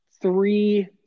three